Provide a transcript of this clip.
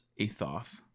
Athoth